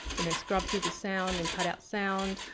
you know, scrub through the sound and cut out sound.